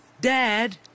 Dad